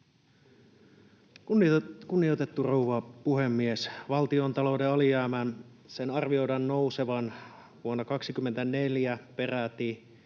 Kunnioitettu rouva puhemies! Valtiontalouden alijäämän arvioidaan nousevan vuonna 24 peräti